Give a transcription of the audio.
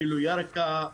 אפילו ירכא,